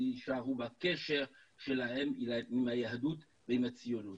ויישארו בקשר שלהם עם היהדות ועם הציונות.